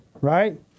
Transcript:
right